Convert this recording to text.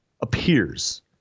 Appears